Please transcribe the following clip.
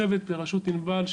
הצוות בראשות ענבל,